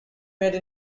made